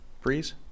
Breeze